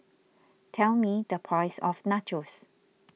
tell me the price of Nachos